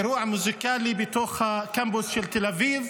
אירוע מוזיקלי, בתוך הקמפוס של תל אביב,